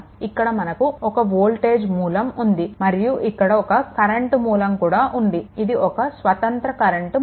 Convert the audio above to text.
ఇక్కడ మనకు ఒక వోల్టేజ్ మూలం ఉంది మరియు ఇక్కడ ఒక కరెంట్ మూలం కూడా ఉంది ఇది ఒక స్వతంత్ర కరెంట్ మూలం